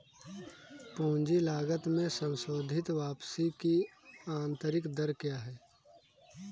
पूंजी लागत में संशोधित वापसी की आंतरिक दर क्या है?